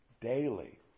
Daily